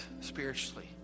spiritually